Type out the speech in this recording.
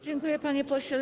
Dziękuję, panie pośle.